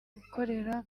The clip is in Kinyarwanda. gukorera